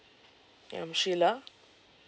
ya I'm sheila